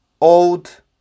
old